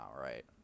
right